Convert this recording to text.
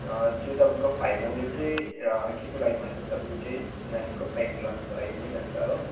त्यो तपाईँको five hundred चाहिँ केको लागि भन्दा चाहिँ तपाईँको त्यही नानीको प्याकेट लन्चको लागि नै जान्छ हो